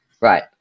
right